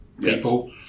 People